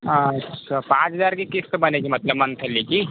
अच्छा पाँच हज़ार की क़िस्त बनेगी मतलब मंथली की